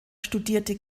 studierte